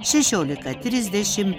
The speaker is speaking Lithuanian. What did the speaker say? šešiolika trisdešimt